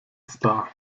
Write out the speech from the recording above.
star